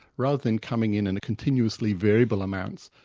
rather than coming in in continuously variable amounts,